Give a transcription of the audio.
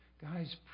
Guys